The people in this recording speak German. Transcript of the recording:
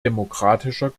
demokratischer